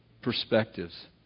perspectives